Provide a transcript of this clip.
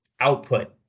output